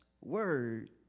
word